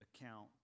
account